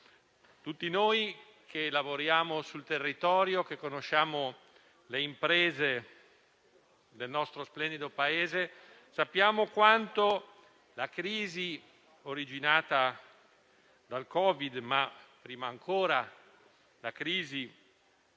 Tutti noi che lavoriamo sul territorio e che conosciamo le imprese del nostro splendido Paese sappiamo quanto la crisi originata dal Covid, ma prima ancora la crisi